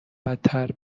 بدتر